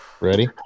Ready